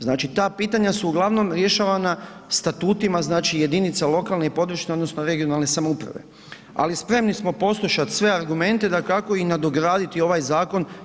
Znači, ta pitanja su uglavnom rješavana statutima znači jedinica lokalne i područne odnosno regionalne samouprave, ali spremni smo poslušati sve argumente dakako i nadograditi ovaj zakon.